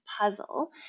puzzle